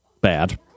bad